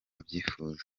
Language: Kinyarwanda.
abyifuza